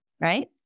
Right